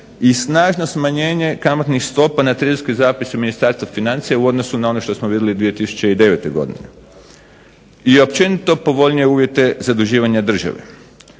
i snažno smanjenje kamatnih stopa na … ministarstva financija u odnosu na ono što smo vidjeli 2009. i općenito povoljnije uvjete zaduživanja države.